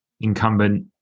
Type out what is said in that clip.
incumbent